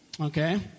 Okay